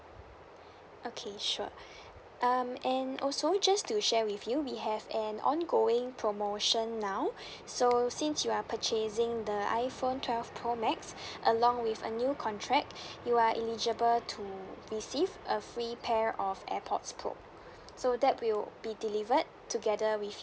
okay sure um and also just to share with you we have an ongoing promotion now so since you are purchasing the iPhone twelve pro max along with a new contract you are eligible to receive a free pair of AirPods pro so that will be delivered together with